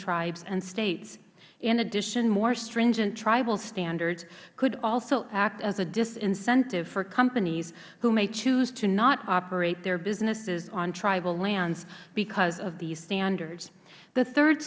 tribes and states in addition more stringent tribal standards could also act as a disincentive for companies who may choose to not operate their businesses on tribal lands because of these standards the third